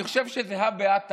אני חושב שזה הא בהא תליא.